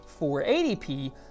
480p